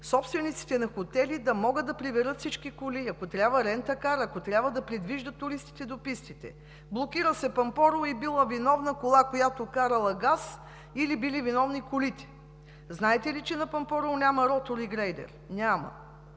собствениците на хотели да могат да приберат всички коли. Ако, трябва рент а кар, ако трябва да придвижват туристите до пистите. Блокира се Пампорово и била виновна кола, която карала газ или били виновни колите. Знаете ли, че на Пампорово няма ротори и грейдер? Няма.